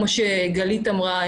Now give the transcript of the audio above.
כמו שגלית אמרה,